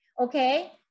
Okay